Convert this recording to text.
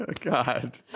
God